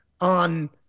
on